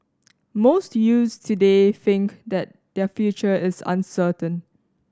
most youths today think that their future is uncertain